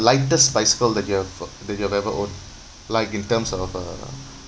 lightest bicycle that you have uh that you have ever owned like in terms of uh